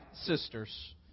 sisters